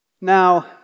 Now